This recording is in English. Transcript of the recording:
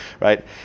right